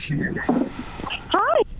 Hi